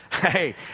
Hey